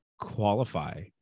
qualify